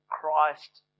Christ